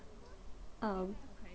um